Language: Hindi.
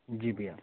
जी भइया